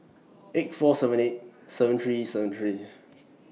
eight four seven eight seven three seven three